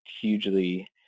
hugely